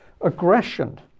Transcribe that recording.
aggression